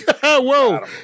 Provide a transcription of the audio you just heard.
Whoa